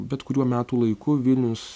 bet kuriuo metų laiku vilnius